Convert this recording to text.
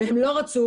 והם לא רצו.